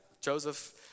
Joseph